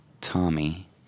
Tommy